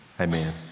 Amen